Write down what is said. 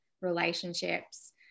relationships